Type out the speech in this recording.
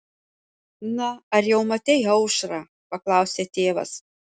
na ar jau matei aušrą paklausė tėvas